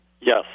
Yes